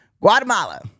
Guatemala